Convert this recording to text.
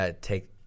take